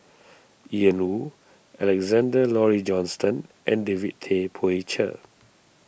Ian Woo Alexander Laurie Johnston and David Tay Poey Cher